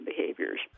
behaviors